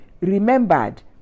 remembered